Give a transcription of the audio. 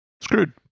screwed